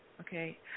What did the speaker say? okay